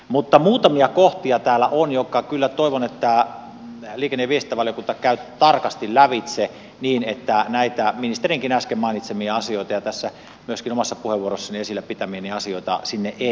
mutta muutamia kohtia täällä on jotka kyllä toivon liikenne ja viestintävaliokunnan käyvän tarkasti lävitse niin että näitä ministerinkin äsken mainitsemia asioita ja tässä myöskin omassa puheenvuorossani esillä pitämiäni asioita sinne ei jää